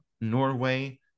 Norway